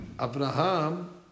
Abraham